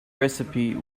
recipe